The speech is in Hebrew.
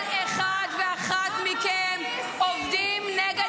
אנרכיסטית --- כל אחד ואחת מכם עובדים נגד